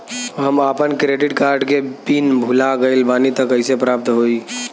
हम आपन credit card के पिन भुला गइल बानी त कइसे प्राप्त होई?